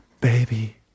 baby